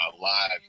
live